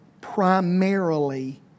primarily